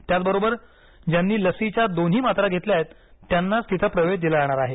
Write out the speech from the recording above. त्याचबरोबर ज्यांनी लसीच्या दोन्ही मात्रा घेतल्या आहेत त्यानाच तिथं प्रवेश दिला जाणार आहे